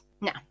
now